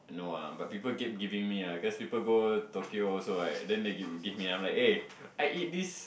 no ah but people kept giving me ah because people go Tokyo also right then they give me I'm like eh I eat this